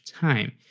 time